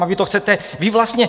A vy to chcete, vy vlastně...